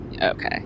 Okay